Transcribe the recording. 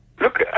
Look